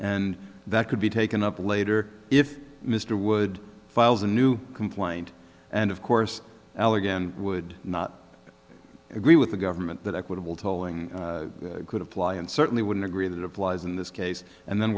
and that could be taken up later if mr wood files a new complaint and of course well again would not agree with the government that equitable tolling could apply and certainly wouldn't agree that it applies in this case and then